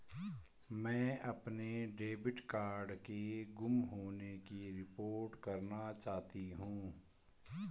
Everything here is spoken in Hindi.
मैं अपने डेबिट कार्ड के गुम होने की रिपोर्ट करना चाहती हूँ